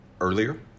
earlier